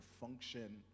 function